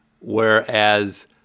whereas